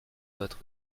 votre